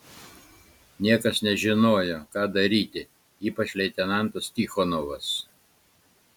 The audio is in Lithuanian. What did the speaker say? niekas nežinojo ką daryti ypač leitenantas tichonovas